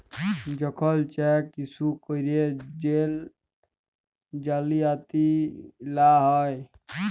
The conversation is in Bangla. যখল চ্যাক ইস্যু ক্যইরে জেল জালিয়াতি লা হ্যয়